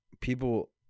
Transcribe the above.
People